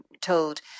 told